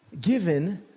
given